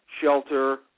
shelter